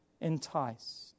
enticed